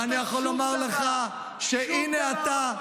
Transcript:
ואני יכול לומר לך שהינה אתה,